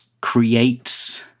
creates